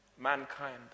Mankind